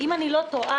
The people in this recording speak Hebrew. אם אני לא טועה,